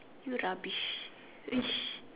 you rubbish !ish!